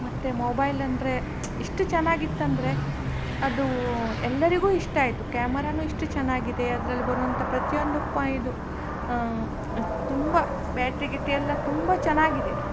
ಮತ್ತು ಮೊಬೈಲ್ ಅಂದರೆ ಎಷ್ಟು ಚೆನ್ನಾಗಿತ್ತಂದ್ರೆ ಅದೂ ಎಲ್ಲರಿಗು ಇಷ್ಟ ಆಯಿತು ಕ್ಯಾಮರಾನು ಇಷ್ಟು ಚೆನ್ನಾಗಿದೆ ಅದ್ರಲ್ಲಿ ಬರುವಂಥ ಪ್ರತಿಯೊಂದು ಪ ಇದು ತುಂಬ ಬ್ಯಾಟ್ರಿ ಗೀಟ್ರಿ ಎಲ್ಲ ತುಂಬ ಚೆನ್ನಾಗಿದೆ